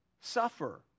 suffer